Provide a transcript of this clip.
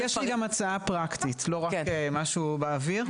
יש לי גם הצעה פרקטית, לא רק משהו באוויר.